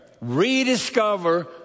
rediscover